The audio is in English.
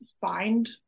find